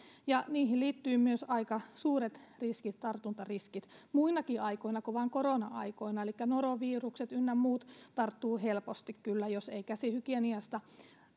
ja niihin liittyy myös aika suuret riskit tartuntariskit muinakin aikoina kuin vain korona aikoina elikkä norovirukset ynnä muut tarttuvat helposti kyllä jos ei käsihygieniasta